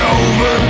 over